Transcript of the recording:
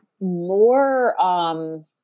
more